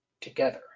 together